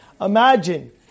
Imagine